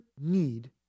need